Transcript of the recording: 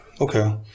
Okay